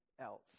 else